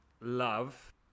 love